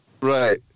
Right